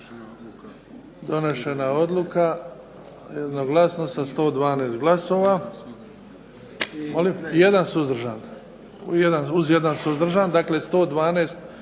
donešena odluka jednoglasno sa 112 glasova.